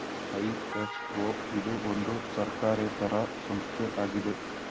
ISO ಇದು ಒಂದು ಸರ್ಕಾರೇತರ ಸಂಸ್ಥೆ ಆಗಿದೆ